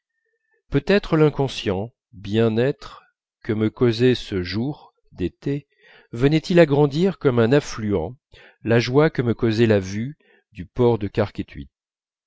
peut-être l'inconscient bien-être que me causait ce jour d'été venait-il agrandir comme un affluent la joie que me causait la vue du port de